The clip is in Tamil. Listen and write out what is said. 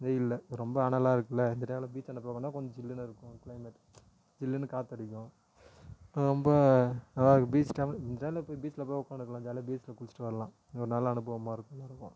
வெயிலில் ரொம்ப அனலாக இருக்கில்ல இந்த டைமில் பீச்சாண்டாக போனோன்னால் கொஞ்சம் ஜில்லுன்னு இருக்கும் க்ளைமேட் ஜில்லுன்னு காற்று அடிக்கும் ரொம்ப அதுதான் பீச் டைமில் இந்த டைமில் போய் பீச்சில் போய் உட்காந்துன்னு இருக்கலாம் ஜாலியாக பீச்சில் குளிச்சுட்டு வரலாம் ஒரு நல்ல அனுபவமாக இருக்கும் எல்லாேருக்கும்